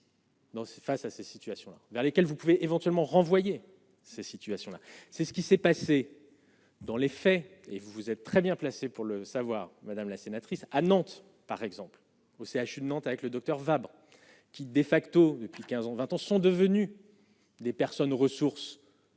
face à ces situations, vers lesquels vous pouvez éventuellement renvoyer ces situations-là, c'est ce qui s'est passé dans les faits, et vous, vous êtes très bien placés pour le savoir, madame la sénatrice à Nantes par exemple, au CHU de Nantes, avec le Docteur Fabre qui dé facto depuis 15 ans, 20 ans, ce sont devenus des personnes ressources